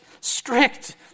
strict